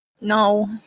No